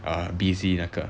err busy 那个